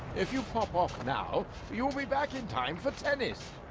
if you pop off now you will be back in time for tennis